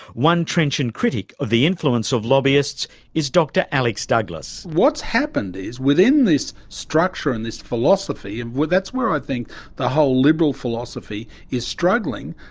one trenchant critic of the influence of lobbyists is dr alex douglas. what's happened is within this structure and this philosophy, and that's where i think the whole liberal philosophy is struggling.